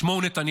שמו הוא נתניהו.